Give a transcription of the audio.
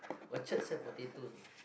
orchard sell potato